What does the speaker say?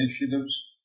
initiatives